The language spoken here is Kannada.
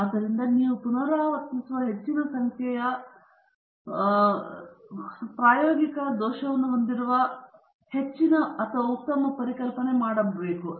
ಆದ್ದರಿಂದ ನೀವು ಪುನರಾವರ್ತಿಸುವ ಹೆಚ್ಚಿನ ಸಂಖ್ಯೆಯ ನೀವು ಪ್ರಾಯೋಗಿಕ ದೋಷವನ್ನು ಹೊಂದಿರುವ ಹೆಚ್ಚಿನ ಅಥವಾ ಉತ್ತಮ ಪರಿಕಲ್ಪನೆ ಮಾಡಬೇಕು